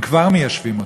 הם כבר מיישבים אותה.